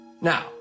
Now